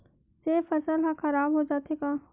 से फसल ह खराब हो जाथे का?